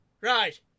Right